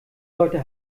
leute